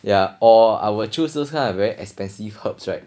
ya or I will choose those kind of very expensive herbs right